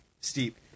steep